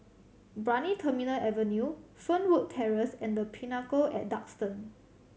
Brani Terminal Avenue Fernwood Terrace and The Pinnacle at Duxton